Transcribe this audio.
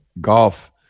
golf